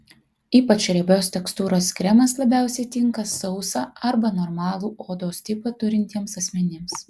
ypač riebios tekstūros kremas labiausiai tinka sausą arba normalų odos tipą turintiems asmenims